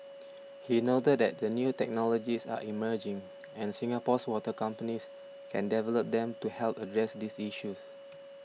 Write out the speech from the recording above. he noted that the new technologies are emerging and Singapore's water companies can develop them to help address these issues